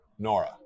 Nora